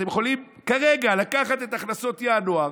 אתם יכולים כרגע לקחת את הכנסות ינואר,